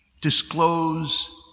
disclose